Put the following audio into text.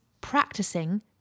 practicing